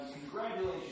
Congratulations